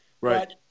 Right